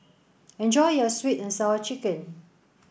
enjoy your sweet and sour chicken